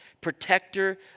protector